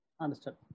Understood